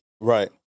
Right